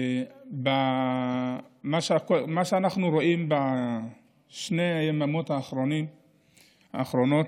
מה שאנחנו רואים בשתי היממות האחרונות,